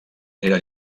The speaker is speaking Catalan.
era